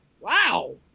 Wow